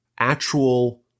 actual